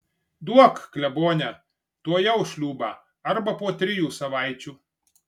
duok klebone tuojau šliūbą arba po trijų savaičių